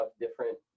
different